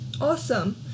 Awesome